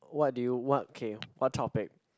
what do you what okay what topic